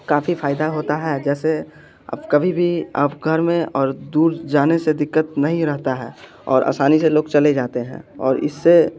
काफ़ी फायदा होता है जैसे आप कभी भी आप घर में और दूर जाने से दिक्कत नहीं रहता है और आसानी से लोग चले जाते हैं और इससे